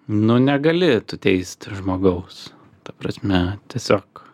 nu negali tu teisti žmogaus ta prasme tiesiog